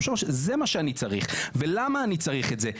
ושלוש זה מה שאני צריך ולמה אני צריך את זה.